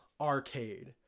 arcade